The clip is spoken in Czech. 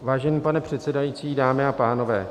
Vážený pane předsedající, dámy a pánové.